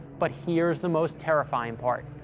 but here's the most terrifying part.